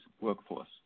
workforce